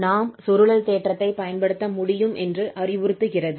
நாம் சுருளல் தேற்றத்தைப் பயன்படுத்த முடியும் என்று அறிவுறுத்துகிறது